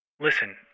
Listen